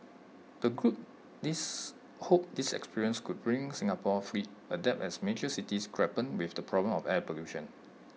the group this hope this experience could bring Singapore's fleet adapt as major cities grapple with the problem of air pollution